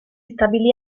stabilì